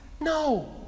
No